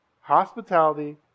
hospitality